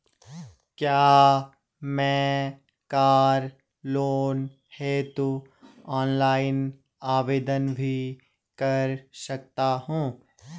क्या मैं car loan हेतु ऑनलाइन आवेदन भी कर सकता हूँ?